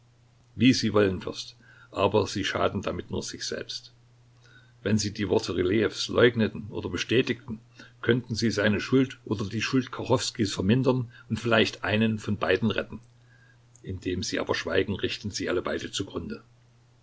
wie sie wollen fürst aber sie schaden damit nur sich selbst wenn sie die worte rylejews leugneten oder bestätigten könnten sie seine schuld oder die schuld kachowskijs vermindern und vielleicht einen von beiden retten indem sie aber schweigen richten sie alle beide zugrunde